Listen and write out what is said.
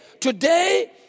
today